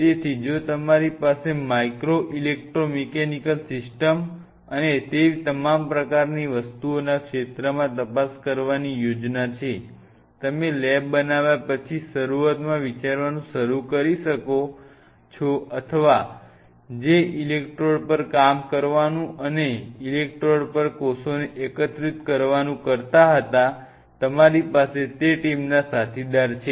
તેથી જો તમારી પાસે માઇક્રો ઇલેક્ટ્રોમિકેનિકલ સિસ્ટમ્સ અને તે તમામ પ્રકારની વસ્તુઓના ક્ષેત્રમાં તપાસ કરવાની યોજના છે તમે લેબ બનાવ્યા પછી શરૂઆતમાં વિચારવાનું શરૂ કરી શકો છો અથવા જે ઇલેક્ટ્રોડ પર કામ કરવાનું અને ઇલેક્ટ્રોડ પર કોષોને એકીકૃત કરવાનું કરતા હતા તમારી પાસે તે ટીમના સાથીદાર છે